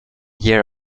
year